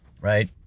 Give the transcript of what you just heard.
right